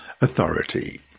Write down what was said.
authority